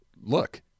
Look